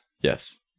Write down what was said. yes